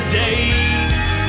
days